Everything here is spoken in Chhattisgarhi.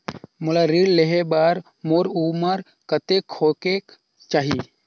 मोला ऋण लेहे बार मोर उमर कतेक होवेक चाही?